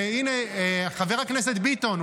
חבר הכנסת ביטון,